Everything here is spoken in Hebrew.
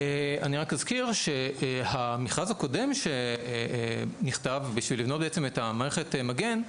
אזכיר שהמכרז הקודם שנכתב בשביל לבנות בעצם את המערכת מגן,